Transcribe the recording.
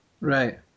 Right